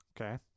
Okay